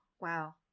wow